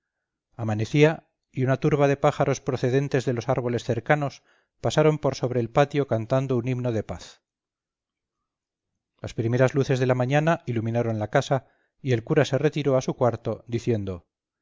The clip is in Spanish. amanecía y una turba de pájaros procedentes de los árboles cercanos pasaron por sobre el patio cantando un himno de paz las primeras luces de la mañana iluminaron la casa y el cura se retiró a su cuarto diciendo